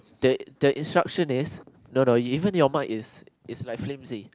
the the instruction is no no even your mic is is like flimsy